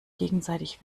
gegenseitig